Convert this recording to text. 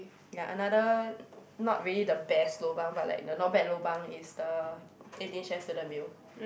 ya another not really the best lobang but like the not bad lobang is the Eighteen Chef student meal